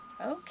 Okay